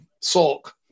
sulk